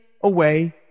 away